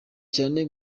cyane